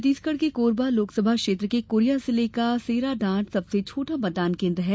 छत्तीसगढ़ के कोरबा लोकसभा क्षेत्र के कोरिया जिले का सेराडांड सबसे छोटा मतदान केन्द्र है